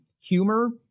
humor